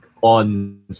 on